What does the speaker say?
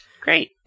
Great